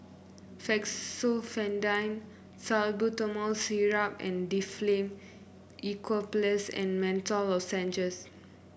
Fexofenadine Salbutamol Syrup and Difflam Eucalyptus and Menthol Lozenges